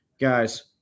Guys